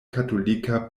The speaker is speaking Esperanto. katolika